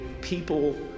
people